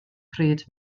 pryd